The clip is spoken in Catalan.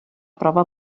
prova